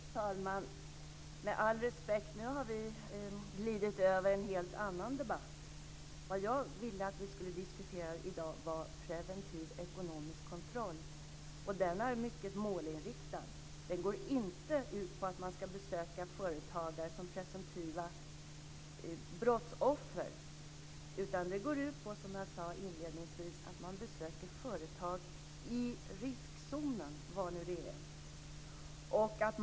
Fru talman! Med all respekt - nu har vi glidit över till en helt annan debatt. Det jag ville att vi skulle diskutera i dag var preventiv ekonomisk kontroll. Den är mycket målinriktad. Den går inte ut på att man ska besöka företagare som presumtiva brottsoffer, utan som jag sade inledningsvis besöker man företag i riskzonen, vad nu det är.